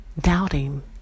doubting